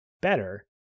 better